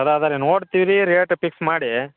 ಅದು ಅದು ರಿ ನೋಡ್ತೀರಿ ರೇಟ್ ಫಿಕ್ಸ್ ಮಾಡಿ